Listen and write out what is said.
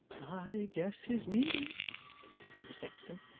i guess his meaning said the sexton.